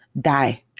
die